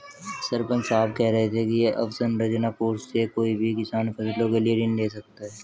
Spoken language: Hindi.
सरपंच साहब कह रहे थे कि अवसंरचना कोर्स से कोई भी किसान फसलों के लिए ऋण ले सकता है